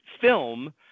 film